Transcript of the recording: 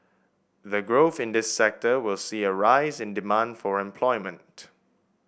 the growth in this sector will see a rise in demand for employment